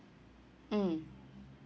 mm